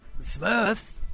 Smurfs